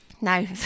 No